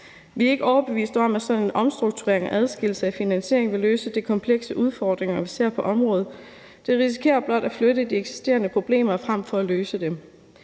Vi er ikke overbeviste om, at sådan en omstrukturering og adskillelse af finansieringen vil løse de komplekse udfordringer, vi ser på området. Det risikerer blot at flytte de eksisterende problemer frem for at løse dem.